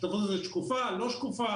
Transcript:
השותפות הזו שקופה, לא שקופה?